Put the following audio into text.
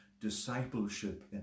discipleship